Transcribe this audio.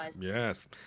Yes